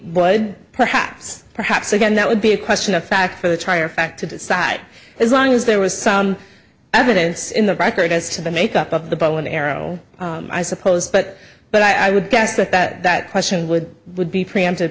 blood perhaps perhaps again that would be a question of fact for the tire fact to decide as long as there was sound evidence in the record as to the makeup of the bow and arrow i suppose but but i would guess that that that question would would be preempted